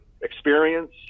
experience